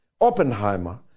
Oppenheimer